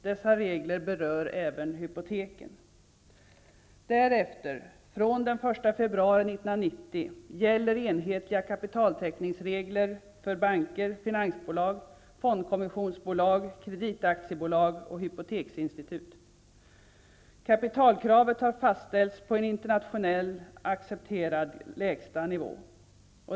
Dessa regler berör även hypoteken. Därefter -- från den 1 februari 1990 -- gäller enhetliga kapitaltäckningsregler för banker, finansbolag, fondkommissionsbolag, kreditaktiebolag och hypoteksinstitut. Kapitalkravet har fastställts på en internationellt accepterad lägsta nivå.